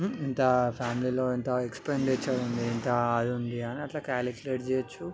ఇంత ఫ్యామిలీలో ఇంత ఎక్స్పెండిచర్ ఉంది ఇంత అది ఉంది అని అట్లా కాలిక్యులేట్ చేయచ్చు